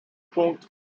punkt